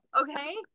okay